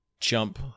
jump